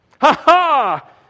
Ha-ha